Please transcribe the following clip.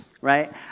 right